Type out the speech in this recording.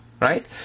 Right